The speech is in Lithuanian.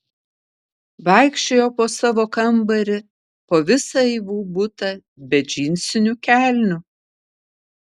vaikščiojo po savo kambarį po visą eivų butą be džinsinių kelnių